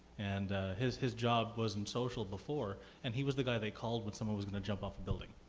and his his job wasn't social before and he was the guy they called when someone was going to jump off a building.